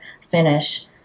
finish